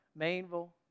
Mainville